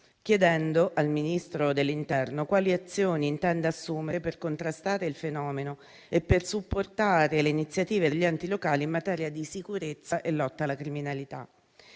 chiedendo al Ministro dell'interno quali azioni intenda assumere per contrastare il fenomeno e supportare le iniziative degli enti locali in materia di sicurezza e lotta alla criminalità.